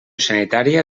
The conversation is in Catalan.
sanitària